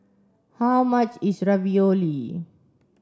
how much is Ravioli